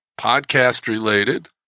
podcast-related